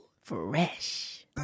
Fresh